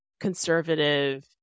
conservative